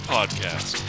Podcast